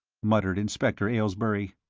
muttered inspector aylesbury.